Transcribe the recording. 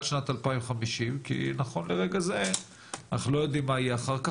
שנת 2050 כי נכון לרגע זה אנחנו לא יודעים מה יהיה אחר כך,